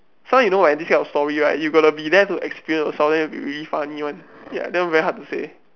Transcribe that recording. so you know right this kind of story right you got to be there to experience yourself then will be really funny [one] ya that one very hard to say